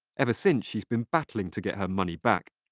ever since, she's been battling to get her money back.